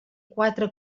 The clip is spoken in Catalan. quatre